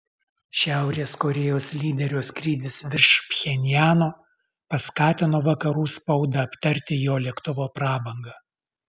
šiaurės korėjos lyderio skrydis virš pchenjano paskatino vakarų spaudą aptarti jo lėktuvo prabangą